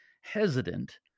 hesitant